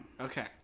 Okay